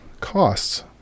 costs